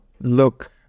look